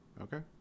Okay